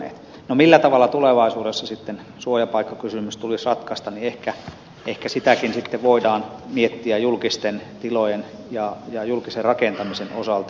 no millä tavalla tulevaisuudessa sitten suojapaikkakysymys tulisi ratkaista ehkä sitäkin sitten voidaan miettiä julkisten tilojen ja julkisen rakentamisen osalta